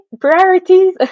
priorities